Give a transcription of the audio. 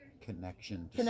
Connection